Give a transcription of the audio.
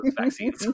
vaccines